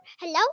Hello